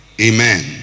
amen